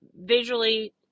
visually